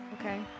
Okay